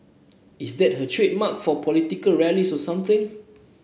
is that her trademark for political rallies or something